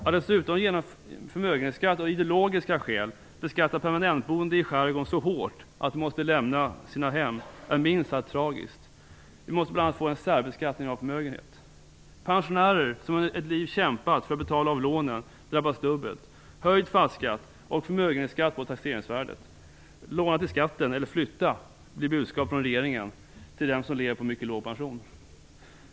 Att dessutom genom en förmögenhetsskatt av ideologiska skäl beskatta permanentboende i skärgården så hårt att de måste lämna sina hem är minst sagt tragiskt. Vi måste bl.a. få en särbeskattning av förmögenhet. Pensionärer som under ett liv kämpat för att betala av lånen drabbas dubbelt - höjd fastighetsskatt och förmögenhetsskatt på taxeringsvärdet. Låna till skatten eller flytta, blir budskapet från regeringen till dem som lever på en mycket låg pension.